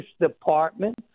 Department